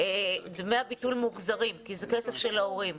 דמי הביטול מוחזרים כי זה כסף של ההורים.